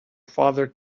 father